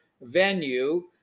venue